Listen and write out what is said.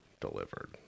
delivered